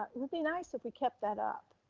would be nice if we kept that up.